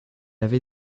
avait